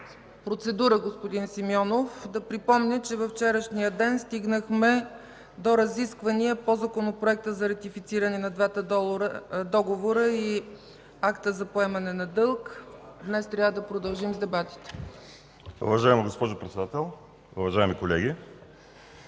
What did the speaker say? Процедура – господин Симеонов. Да припомня, че във вчерашния ден стигнахме до разисквания по Законопроекта за ратифициране на двата договора и Акта за поемане на дълг. Днес трябва да продължим с дебатите. ВАЛЕРИ СИМЕОНОВ (ПФ): Уважаема госпожо Председател, уважаеми колеги!